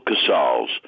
Casals